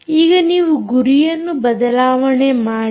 ಈಗ ನೀವು ಗುರಿಯನ್ನು ಬದಲಾವಣೆ ಮಾಡಿ